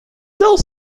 dans